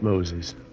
Moses